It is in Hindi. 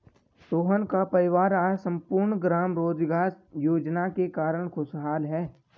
सोहन का परिवार आज सम्पूर्ण ग्राम रोजगार योजना के कारण खुशहाल है